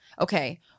Okay